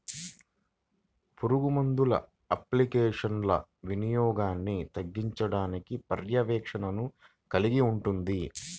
పురుగుమందుల అప్లికేషన్ల వినియోగాన్ని తగ్గించడానికి పర్యవేక్షణను కలిగి ఉంటుంది